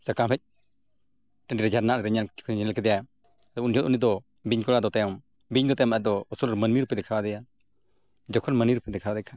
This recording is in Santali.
ᱥᱟᱠᱟᱢ ᱦᱮᱡ ᱡᱷᱟᱨᱱᱟ ᱨᱮ ᱧᱮᱞ ᱡᱚᱠᱷᱚᱮᱡᱮ ᱧᱮᱞ ᱠᱮᱫᱮᱭᱟᱭ ᱩᱱ ᱡᱚᱦᱚᱜ ᱩᱱᱤ ᱫᱚ ᱵᱤᱧ ᱠᱚᱲᱟ ᱫᱚ ᱛᱟᱭᱚᱢ ᱵᱤᱧ ᱫᱚ ᱛᱟᱭᱚᱢ ᱩᱱᱤ ᱢᱟᱱᱢᱤ ᱨᱩᱯᱮ ᱫᱮᱠᱷᱟᱣ ᱟᱫᱮᱭᱟ ᱡᱚᱠᱷᱚᱱ ᱢᱟᱱᱢᱤ ᱨᱩᱯᱮ ᱫᱮᱠᱷᱟᱣᱟᱫᱮ ᱠᱷᱟᱱ